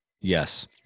Yes